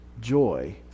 joy